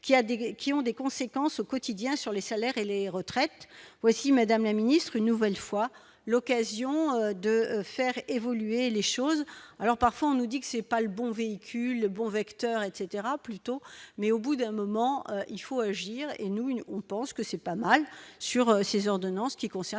qui ont des conséquences au quotidien sur les salaires et les retraites, voici Madame la ministre, une nouvelle fois. L'occasion de faire évoluer les choses, alors parfois on nous dit que c'est pas le bon véhicule bon vecteur etc plutôt mais au bout d'un moment il faut agir et nous ou pense que c'est pas mal sur ses ordonnances, qui concerne